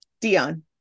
Dion